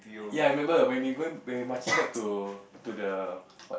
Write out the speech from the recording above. ya I remember when we going when we marching back to to the what